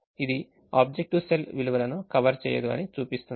ఇది objective cell విలువలును cover చేయదు అని చూపిస్తుంది